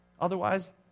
Otherwise